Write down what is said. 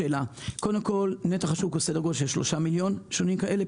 נתח השוק הוא סדר גודל של 3 מיליון שעונים כאלה,